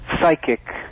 psychic